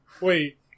Wait